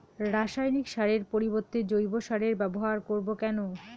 রাসায়নিক সারের পরিবর্তে জৈব সারের ব্যবহার করব কেন?